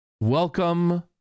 Welcome